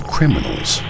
Criminals